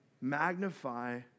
Magnify